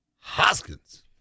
Hoskins